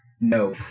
no